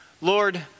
Lord